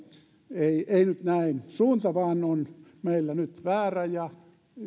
ei ei nyt näin suunta vain on meillä nyt väärä ja